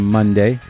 Monday